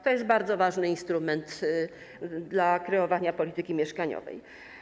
To jest bardzo ważny instrument dla kreowania polityki mieszkaniowej.